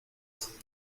tan